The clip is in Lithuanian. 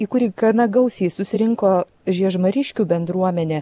į kurį gana gausiai susirinko žiežmariškių bendruomenė